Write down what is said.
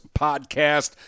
Podcast